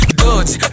dodge